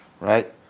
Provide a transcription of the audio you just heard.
right